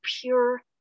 pure